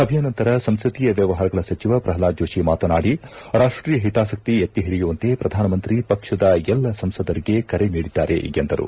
ಸಭೆಯ ನಂತರ ಸಂಸದೀಯ ವ್ಯವಹಾರಗಳ ಸಚಿವ ಪ್ರಲ್ವಾದ್ ಜೋತಿ ಮಾತನಾಡಿ ರಾಷ್ಷೀಯ ಹಿತಾಸಕ್ತಿ ಎತ್ತಿಹಿಡಿಯುವಂತೆ ಪ್ರಧಾನಮಂತ್ರಿ ಪಕ್ಷದ ಎಲ್ಲ ಸಂಸದರಿಗೆ ಕರೆ ನೀಡಿದ್ದಾರೆ ಎಂದರು